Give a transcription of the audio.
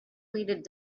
weighted